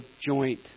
joint